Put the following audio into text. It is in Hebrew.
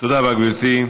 תודה רבה, גברתי.